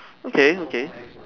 okay okay